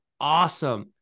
awesome